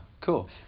Cool